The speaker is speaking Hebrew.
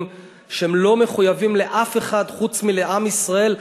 שהם לא מחויבים לאף אחד חוץ מלעם ישראל,